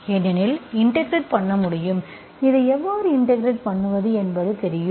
ஏனெனில் இன்டெகிரெட் பண்ண முடியும் இதை எவ்வாறு இன்டெகிரெட் பண்ணுவது என்பது தெரியும்